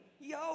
yo